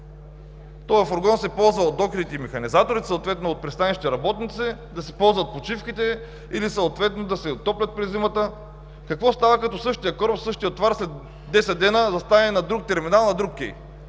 Този фургон е за докерите и механизаторите, съответно за пристанищните работници – да си ползват почивките или да се топлят през зимата. Какво става, като същият кораб, същият товар след 10 дни застане на друг терминал, на друг кей?